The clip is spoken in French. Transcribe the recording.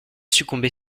succomber